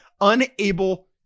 unable